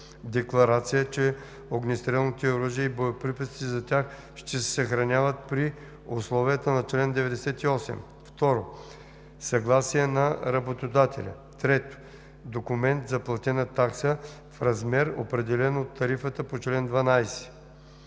декларация, че огнестрелните оръжия и боеприпасите за тях ще се съхраняват при условията на чл. 98; 2. съгласие на работодателя; 3. документ за платена такса в размер, определен с тарифата по чл. 12.“